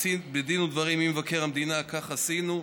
בדין ודברים עם מבקר המדינה כך עשינו,